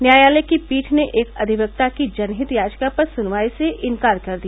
न्यायालय की पीठ ने एक अधिवक्ता की जनहित याचिका पर सुनवाई से इंकार कर दिया